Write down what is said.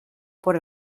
por